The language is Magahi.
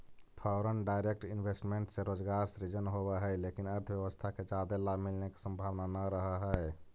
फॉरेन डायरेक्ट इन्वेस्टमेंट से रोजगार सृजन होवऽ हई लेकिन अर्थव्यवस्था के जादे लाभ मिलने के संभावना नह रहऽ हई